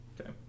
Okay